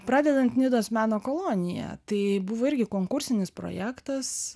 pradedant nidos meno kolonija tai buvo irgi konkursinis projektas